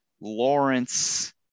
Lawrence